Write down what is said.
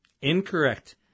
Incorrect